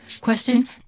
Question